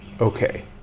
Okay